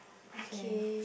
okay